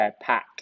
pack